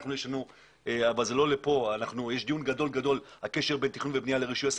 לנו יש דיון גדול לגבי הקשר בין תכנון ובנייה לרישוי עסקים.